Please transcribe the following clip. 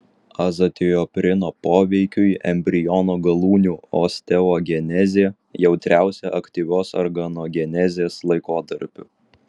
azatioprino poveikiui embriono galūnių osteogenezė jautriausia aktyvios organogenezės laikotarpiu